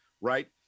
right